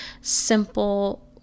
simple